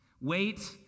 Wait